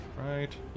right